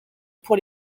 pour